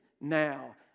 now